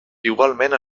igualment